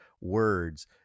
words